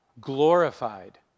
glorified